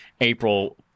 April